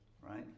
right